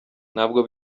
ntabwo